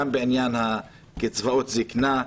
גם בעניין קצבאות זקנה,